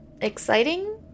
exciting